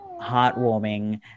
heartwarming